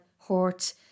hurt